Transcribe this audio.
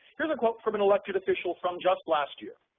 here's a quote from an elected official from just last year,